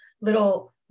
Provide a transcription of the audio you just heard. little